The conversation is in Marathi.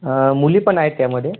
मुलीपण आहेत त्यामध्ये